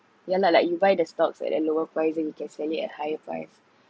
yeah lah like you buy the stocks at a lower price then you can sell it at higher price